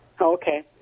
Okay